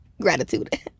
gratitude